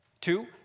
Two